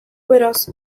beraz